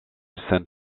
descend